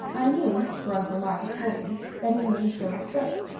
i knew, for uncle mark had told me, that his name was jonas blake,